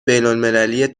بینالمللی